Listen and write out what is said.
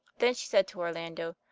then she said to orlando,